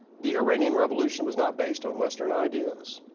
the iranian revolution was not based on western ideas.